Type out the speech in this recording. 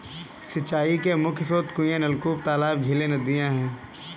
सिंचाई के मुख्य स्रोत कुएँ, नलकूप, तालाब, झीलें, नदियाँ हैं